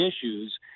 issues